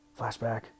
Flashback